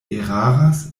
eraras